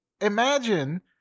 Imagine